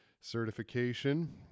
certification